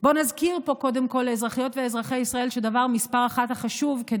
בוא נזכיר פה קודם כול לאזרחיות ואזרחי ישראל שהדבר החשוב מס' אחת כדי